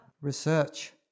research